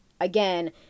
again